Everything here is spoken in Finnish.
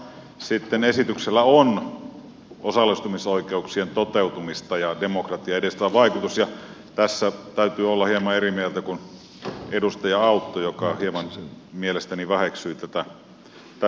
mutta sitten esityksellä on osallistumisoikeuksien toteutumista ja demokratiaa edistävä vaikutus ja tässä täytyy olla hieman eri mieltä kuin edustaja autto joka mielestäni hieman väheksyi tätä asiaa